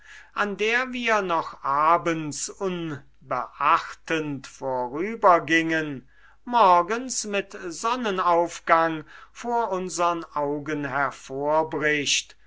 an der wir noch abends unbeachtend vorübergingen morgens mit sonnenaufgang vor unsern augen